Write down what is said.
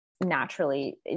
naturally